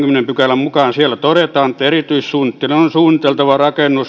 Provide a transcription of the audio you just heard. pykälän mukaan erityissuunnittelijan on suunniteltava